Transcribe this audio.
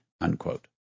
unquote